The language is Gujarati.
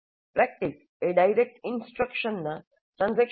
'પ્રેક્ટિસ' એ 'ડાયરેક્ટ ઇન્સ્ટ્રક્શન' જેની અગાઉના એકમમાં આપણે ચર્ચા કરી હતી